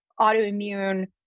autoimmune